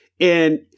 And-